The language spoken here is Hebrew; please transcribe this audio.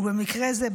ובמקרה זה,